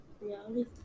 reality